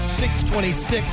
626